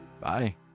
Bye